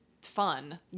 fun